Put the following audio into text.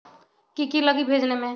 की की लगी भेजने में?